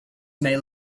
may